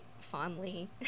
fondly